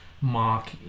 mark